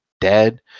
dead